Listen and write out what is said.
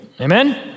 Amen